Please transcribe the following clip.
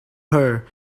her